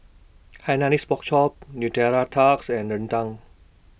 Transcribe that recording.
Hainanese Pork Chop Nutella Tarts and Rendang